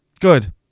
Good